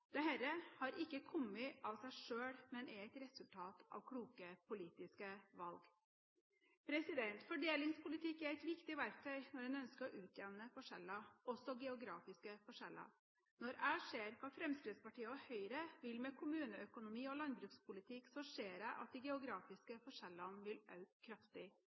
små. Dette har ikke kommet av seg selv, men er et resultat av kloke politiske valg. Fordelingspolitikk er et viktig verktøy når en ønsker å utjevne forskjeller, også geografiske forskjeller. Når jeg ser hva Fremskrittspartiet og Høyre vil med kommuneøkonomi og landbrukspolitikk, ser jeg at de geografiske forskjellene vil øke kraftig.